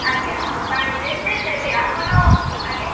ଆଜ୍ଞା ପାଣିରେ ସେ ଦେବେ ଆପଣ ଆଜ୍ଞା